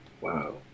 Wow